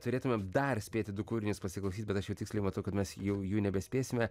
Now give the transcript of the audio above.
turėtumėm dar spėti du kūrinius pasiklausyt bet aš jau tiksliai matau kad mes jau jų nebespėsime